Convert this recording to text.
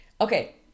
Okay